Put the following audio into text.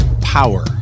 power